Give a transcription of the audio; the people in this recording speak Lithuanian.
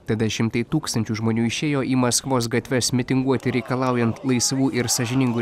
tada šimtai tūkstančių žmonių išėjo į maskvos gatves mitinguoti reikalaujant laisvų ir sąžiningų